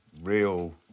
real